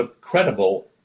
credible